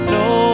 no